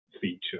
feature